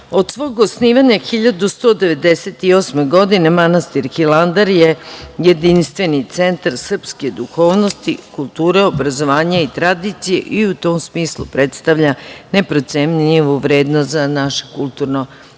svog osnivanja 1198. godine manastir Hilandar je jedinstveni centar srpske duhovnosti, kulture, obrazovanja i tradicije i u tom smislu predstavlja neprocenljivu vrednost za naše kulturno i